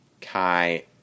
Kai